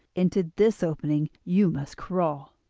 into this opening you must crawl,